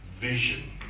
vision